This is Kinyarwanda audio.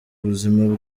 buzima